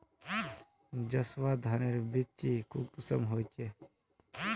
जसवा धानेर बिच्ची कुंसम होचए?